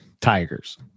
tigers